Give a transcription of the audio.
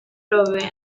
province